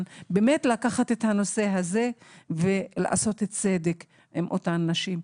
באמת לקחת את הנושא ולעשות צדק עם אותן נשים.